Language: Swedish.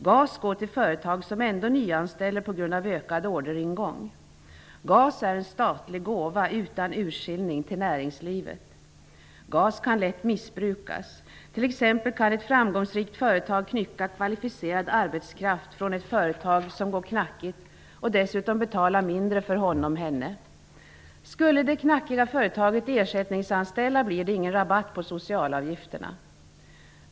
GAS går till företag som ändå nyanställer på grund av ökad orderingång. GAS är en statlig gåva -- utan urskiljning -- till näringslivet. GAS kan lätt missbrukas. Ett framgångsrikt företag kan t.ex. knycka kvalificerad arbetskraft från ett företag som går knackigt och dessutom betala mindre för honom/henne. Skulle det ''knackiga'' företaget ersättningsanställa, blir det ingen rabatt på socialavgifterna.